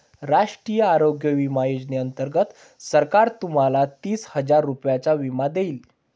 राष्ट्रीय आरोग्य विमा योजनेअंतर्गत सरकार तुम्हाला तीस हजार रुपयांचा विमा देईल